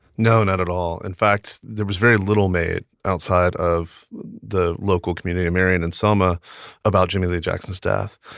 no, not at all. in fact, there was very little made outside of the local community of marion and selma about jimmie lee jackson's death.